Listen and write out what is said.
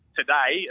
today